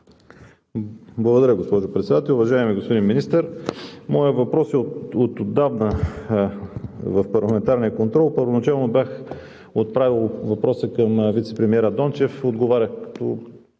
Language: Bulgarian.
Благодаря, госпожо Председател. Уважаеми господин Министър, моят въпрос е от отдавна в парламентарния контрол. Първоначално бях отправил въпроса към вицепремиера Дончев, отговарящ